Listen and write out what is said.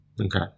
Okay